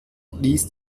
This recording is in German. ließ